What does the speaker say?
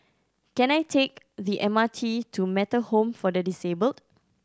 can I take the M R T to Metta Home for the Disabled